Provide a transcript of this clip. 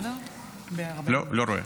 רואה.